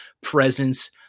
presence